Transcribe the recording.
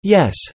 Yes